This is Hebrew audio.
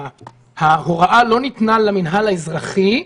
ההוראה לא ניתנה למינהל האזרחי,